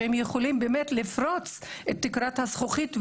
שהם יכולים באמת לפרוץ את תקרת הזכוכית,